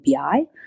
API